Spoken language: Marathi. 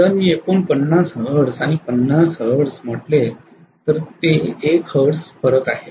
जर मी 49 हर्ट्ज आणि 50 हर्ट्ज म्हटले तर ते 1 हर्ट्ज फरक आहे